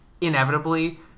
inevitably